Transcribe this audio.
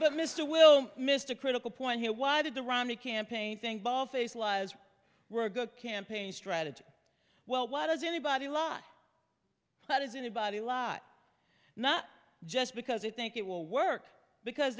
but mr will missed a critical point here why did the romney campaign think bald faced lies were a good campaign strategy well why does anybody lie but is anybody lot not just because i think it will work because